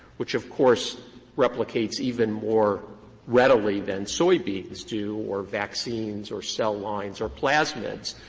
which of course replicates even more readily than soybeans do or vaccines or cell lines or plasmids,